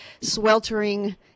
sweltering